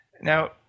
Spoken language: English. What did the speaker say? now